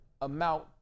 amount